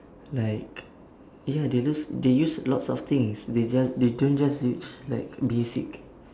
like ya they lose they use lots of things they just they don't just use like basic